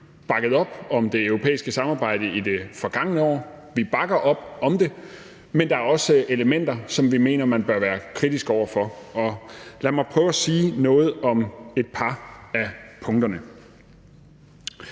bakket op om det europæiske samarbejde i det forgangne år. Vi bakker op om det, men der er også elementer, som vi mener man bør være kritisk over for, og lad mig prøve at sige noget om et par af punkterne.